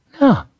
no